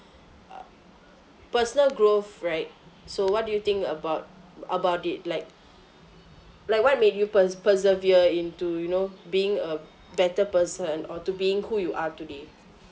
uh personal growth right so what do you think about about it like like what made you pers~ persevere into you know being a better person or to being who you are today